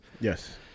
yes